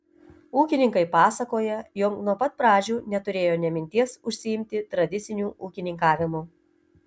ūkininkai pasakoja jog nuo pat pradžių neturėjo nė minties užsiimti tradiciniu ūkininkavimu